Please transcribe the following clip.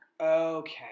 Okay